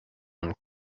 ann